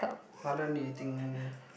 how long do you think